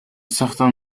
certain